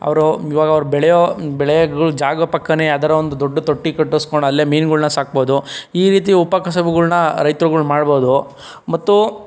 ಅವರು ಇವಾಗ ಅವ್ರು ಬೆಳೆಯೋ ಬೆಳೆಗಳು ಜಾಗ ಪಕ್ಕನೆ ಯಾವ್ದಾದ್ರು ಒಂದು ದೊಡ್ಡ ತೊಟ್ಟಿ ಕಟ್ಟಿಸ್ಕೊಂಡು ಅಲ್ಲೇ ಮೀನುಗಳನ್ನ ಸಾಕ್ಬಹುದು ಈ ರೀತಿ ಉಪಕಸುಬುಗಳನ್ನ ರೈತರುಗಳು ಮಾಡ್ಬಹುದು ಮತ್ತು